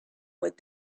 what